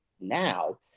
now